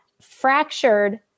fractured